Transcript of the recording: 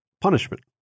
punishment